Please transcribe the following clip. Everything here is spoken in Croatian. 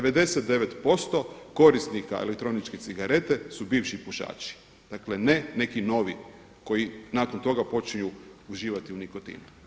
99% korisnika elektroničke cigarete su bivši pušači, dakle ne neki novi koji nakon toga počinju uživati u nikotinu.